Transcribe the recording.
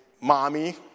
mommy